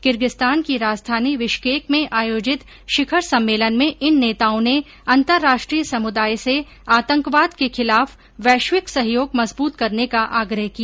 Kyrgyzstan की राजधानी Bishkek में आयोजित शिखर सम्मेलन में इन नेताओं ने अंतर्राष्ट्रीय समुदाय से आतंकवाद के खिलाफ वैश्विक सहयोग मजबूत करने का आग्रह किया